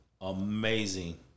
amazing